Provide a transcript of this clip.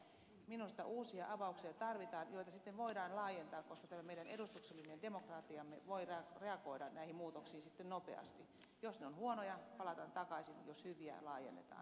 minusta uusia avauksia tarvitaan joita sitten voidaan laajentaa koska tämä meidän edustuksellinen demokratiamme voi reagoida näihin muutoksiin nopeasti jos ne ovat huonoja palataan takaisin jos hyviä laajennetaan